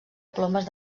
plomes